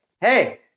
Hey